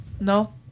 no